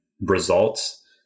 results